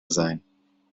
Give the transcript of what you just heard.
sein